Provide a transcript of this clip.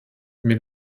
mais